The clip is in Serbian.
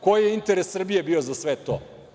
Koji je interes Srbije bio za sve to?